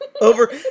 over